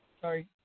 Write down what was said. Sorry